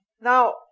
Now